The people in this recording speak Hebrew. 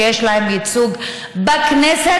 שיש להן ייצוג בכנסת.